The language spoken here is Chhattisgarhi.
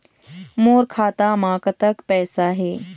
मोर खाता म कतक पैसा हे?